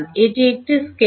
এটি একটি স্কেলার